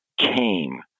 came